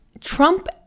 Trump